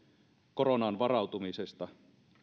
koronaan varautumisesta